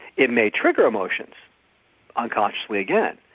it may trigger emotions unconsciously again.